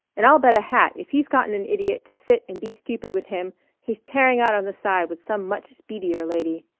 and i'll bet a hat if he's gotten an idiot to sit and be stupid with him he's tearing out on the side with some much speedier lady.